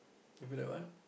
you go like what